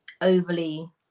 overly